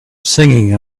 singing